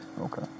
Okay